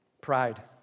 Pride